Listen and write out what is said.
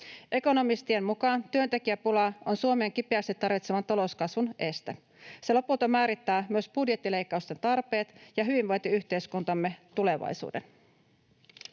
Ekonomistien mukaan työntekijäpula on Suomen kipeästi tarvitseman talouskasvun este. Se lopulta määrittää myös budjettileikkausten tarpeet ja hyvinvointiyhteiskuntamme tulevaisuuden.